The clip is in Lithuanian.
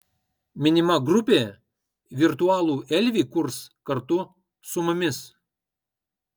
minima grupė virtualų elvį kurs kartu su mumis